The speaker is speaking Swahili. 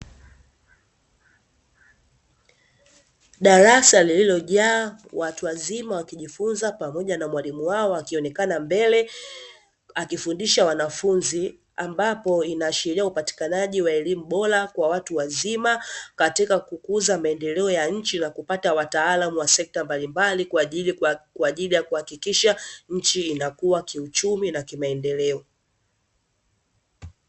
Darasa lililojaa watu wazima wakijifunza pamoja na mwalimu wao akionekana mbele, akifundisha wanafunzi ambapo inaashiria upatikanaji wa elimu bora kwa watu wazima katika kukuza maendeleo ya nchi na kupata wataalamu wa sekta mbalimbali kwa ajili ya kuhakikisha nchi inakuwa kiuchumi na kimaendeleo.